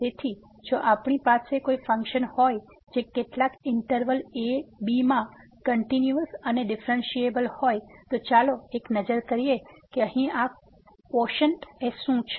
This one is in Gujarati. તેથી જો આપણી પાસે કોઈ ફંક્શન હોય જે કેટલાક ઈંટરવલ ab માં કંટીન્યુઅસ અને ડિફરન્ટિએબલ હોય તો ચાલો એક નજર કરીએ કે અહીં આ ક્વોશન્ટ શું છે